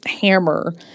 hammer